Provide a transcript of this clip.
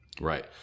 Right